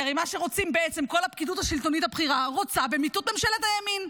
כי מה שכל הפקידות השלטונית הבכירה רוצה זה מיטוט ממשלת הימין.